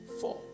Four